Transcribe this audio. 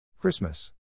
Christmas